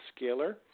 Scalar